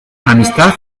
amistad